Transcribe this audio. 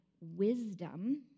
wisdom